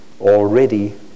already